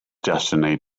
destiny